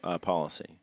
policy